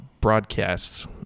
broadcasts